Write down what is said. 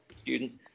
students